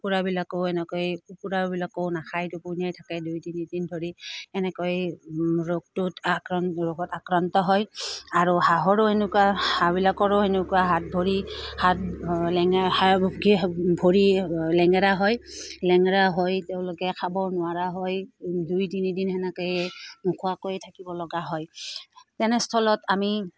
কুকুৰাবিলাকো এনেকৈ কুকুৰাবিলাকো নাখাই টোপনিয়াই থাকে দুই তিনিদিন ধৰি এনেকৈ ৰোগটোত আক্ৰ ৰোগত আক্ৰান্ত হয় আৰু হাঁহৰো এনেকুৱা হাঁহবিলাকৰো সেনেকুৱা হাত ভৰি হাত ভৰি লেঙেৰা হয় লেঙেৰা হৈ তেওঁলোকে খাব নোৱাৰা হয় দুই তিনিদিন সেনেকৈয়ে নোখোৱাকৈ থাকিব লগা হয় তেনেস্থলত আমি